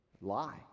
lie